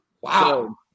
Wow